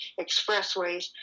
expressways